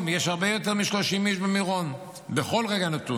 יש הרבה יותר מ-30 איש במירון בכל רגע נתון.